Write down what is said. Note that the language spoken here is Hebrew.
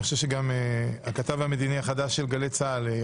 אני חושב שגם הכתב המדיני החדש של גלי צה"ל,